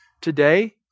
today